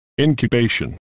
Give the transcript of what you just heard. Incubation